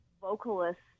vocalists